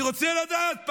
אני רוצה לדעת.